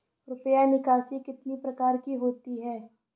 रुपया निकासी कितनी प्रकार की होती है?